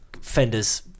Fender's